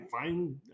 fine